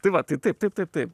tai va tai taip taip taip taip